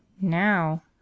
now